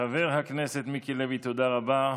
חבר הכנסת מיקי לוי, תודה רבה.